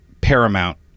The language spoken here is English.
Paramount